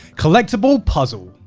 collectible puzzle.